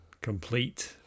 complete